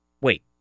wait